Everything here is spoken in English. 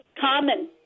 common